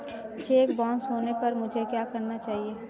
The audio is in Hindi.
चेक बाउंस होने पर मुझे क्या करना चाहिए?